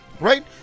Right